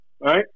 right